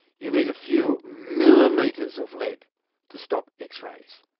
you need a few millimetres of lead to stop x-rays.